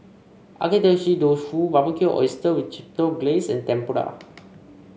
Agedashi Dofu Barbecued Oysters with Chipotle Glaze and Tempura